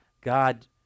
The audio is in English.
God